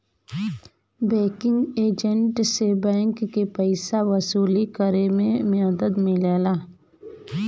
banking agent से bank के पइसा वसूली करे में मदद मिलेला